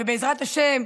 ובעזרת השם,